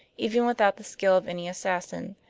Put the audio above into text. even without the skill of any assassin.